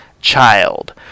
child